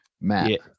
matt